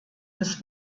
des